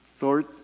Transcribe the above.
Lord